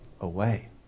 away